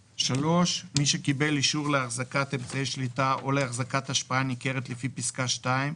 מי שקיבל אישור להחזקת אמצעי שליטה או להחזקת השפעה ניכרת לפי פסקה (2),